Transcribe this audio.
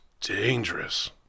dangerous